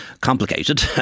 complicated